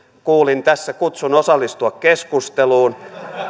kuulin tässä kutsun osallistua keskusteluun